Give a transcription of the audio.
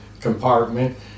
compartment